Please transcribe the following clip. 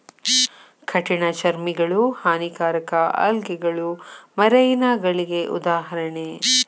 ಕಠಿಣ ಚರ್ಮಿಗಳು, ಹಾನಿಕಾರಕ ಆಲ್ಗೆಗಳು ಮರೈನಗಳಿಗೆ ಉದಾಹರಣೆ